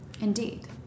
Indeed